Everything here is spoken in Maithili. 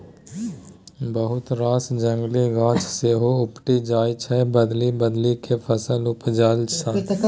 बहुत रास जंगली गाछ सेहो उपटि जाइ छै बदलि बदलि केँ फसल उपजेला सँ